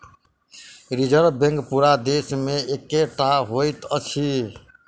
reserve bank पूरा देश मे एकै टा होइत अछि